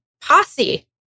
posse